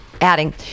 adding